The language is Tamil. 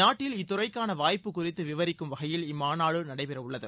நாட்டில் இத்துறைக்கான வாய்ப்பு குறித்து விவரிக்கும் வகையில் இம்மாநாடு நடைபெறவுள்ளது